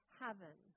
heaven